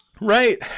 right